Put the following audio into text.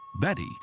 Betty